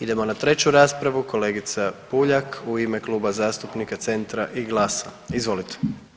Idemo na treću raspravu, kolegica Puljak u ime Kluba zastupnika Centra i GLAS-a, izvolite.